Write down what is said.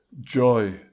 joy